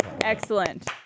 Excellent